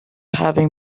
having